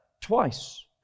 twice